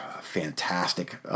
fantastic